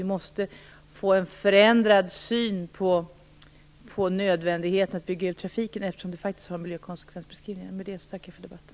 Vi måste få en förändrad syn på nödvändigheten att bygga ut trafiken eftersom det faktiskt finns miljökonsekvensbeskrivningar. Med det tackar jag för debatten.